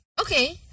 okay